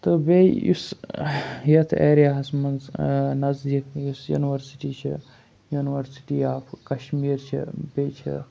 تہٕ بیٚیہِ یُس یَتھ ایریا ہَس منٛز نزدیٖک یُس یوٗنیوَرسِٹی چھِ یوٗنیوَرسِٹی آف کشمیٖر چھِ بیٚیہِ چھِ